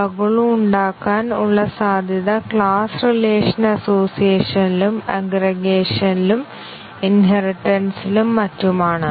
ബഗുകൾ ഉണ്ടാകാന് ഉള്ള സാധ്യത ക്ലാസ്സ് റിലേഷൻ അസോസിയേഷനിലും അഗ്രഗേഷനിലും ഇൻഹെറിറ്റെൻസിലും മറ്റും ആണ്